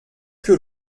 que